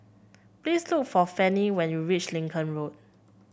please look for Fanny when you reach Lincoln Road